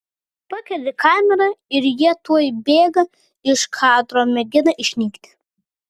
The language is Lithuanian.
pakeli kamerą ir jie tuoj bėga iš kadro mėgina išnykti